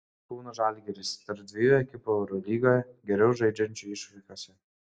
kauno žalgiris tarp dviejų ekipų eurolygoje geriau žaidžiančių išvykose